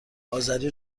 آذری